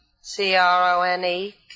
C-R-O-N-E